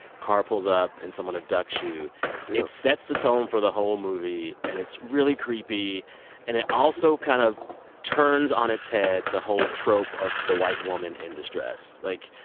car pulls up and someone abducts you it sets the tone for the whole movie, and it's really creepy and it also kind of turns on its head the whole trope of the white woman in distress. like,